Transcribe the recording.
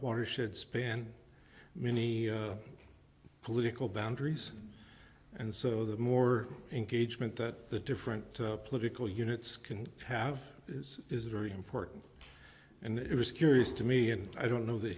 watershed spanned many political boundaries and so the more engagement that the different political units can have is is very important and it was curious to me and i don't know the